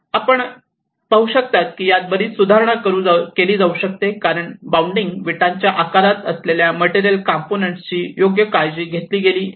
आपण पाहू शकता की बरीच सुधारणा केली जाऊ शकते कारण की बाँडिंग विटाच्या आकारात असलेल्या मटेरियल कॉम्पोनन्ट ची योग्य काळजी घेतली गेली नाही